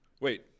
Wait